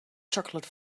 chocolate